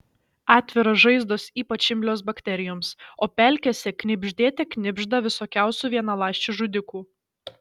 atviros žaizdos ypač imlios bakterijoms o pelkėse knibždėte knibžda visokiausių vienaląsčių žudikų